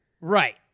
Right